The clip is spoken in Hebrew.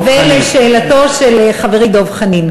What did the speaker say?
ולשאלתו של חברי דב חנין: